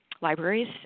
libraries